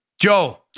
Joe